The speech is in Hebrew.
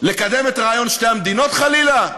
לקדם את רעיון שתי המדינות, חלילה?